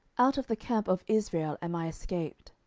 out of the camp of israel am i escaped.